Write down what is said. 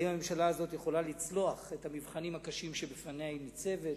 האם הממשלה הזאת יכולה לצלוח את המבחנים הקשים שבפניהם היא ניצבת.